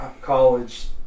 college